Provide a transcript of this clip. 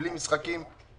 בלי משחקים,